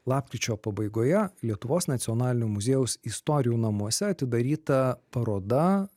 lapkričio pabaigoje lietuvos nacionalinio muziejaus istorijų namuose atidaryta paroda